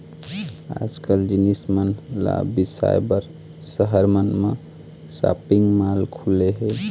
आजकाल जिनिस मन ल बिसाए बर सहर मन म सॉपिंग माल खुले हे